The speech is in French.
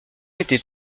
était